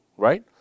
right